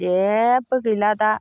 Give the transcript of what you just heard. जेबो गैला दा